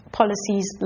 policies